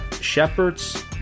shepherd's